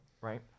right